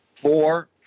Four